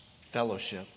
fellowship